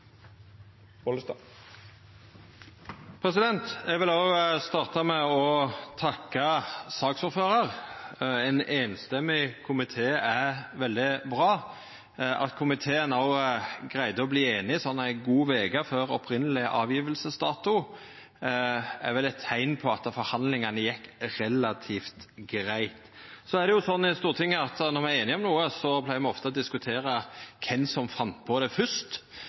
sagt. Eg vil òg starta med å takka saksordføraren – ein einstemmig komité er veldig bra. At komiteen òg greidde å bli einig ei god veke før opphavleg fastsett dato for å leggja fram innstillinga, er vel eit teikn på at forhandlingane gjekk relativt greitt. I Stortinget er det sånn at når me er einige om noko, pleier me ofte å diskutera kven som fann på det